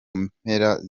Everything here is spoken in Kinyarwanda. mpera